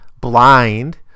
blind